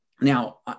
Now